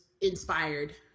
inspired